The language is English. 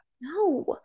No